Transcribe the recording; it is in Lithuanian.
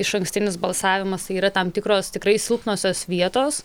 išankstinis balsavimas yra tam tikros tikrai silpnosios vietos